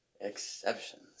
Exceptions